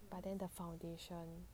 but then the foundation